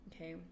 okay